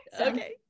Okay